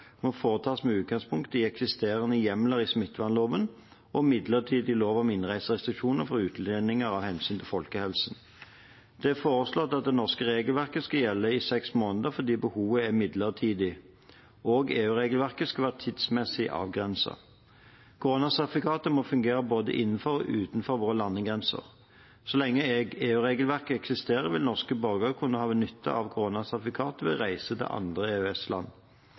må foretas med utgangspunkt i eksisterende hjemler i smittevernloven og midlertidig lov om innreiserestriksjoner for utlendinger av hensyn til folkehelsen. Det er foreslått at det norske regelverket skal gjelde i seks måneder fordi behovet er midlertidig, og EU-regelverket skal være tidsmessig avgrenset. Koronasertifikatet må fungere både innenfor og utenfor våre landegrenser. Så lenge EU-regelverket eksisterer, vil norske borgere kunne ha nytte av koronasertifikatet ved reise til andre